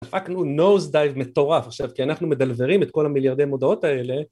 דפקנו נוז דייב מטורף עכשיו, כי אנחנו מדלברים את כל המיליארדי מודעות האלה.